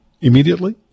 immediately